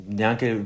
neanche